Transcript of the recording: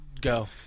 Go